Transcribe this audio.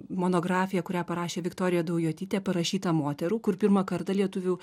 monografiją kurią parašė viktorija daujotytė parašyta moterų kur pirmą kartą lietuvių